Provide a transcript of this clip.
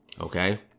Okay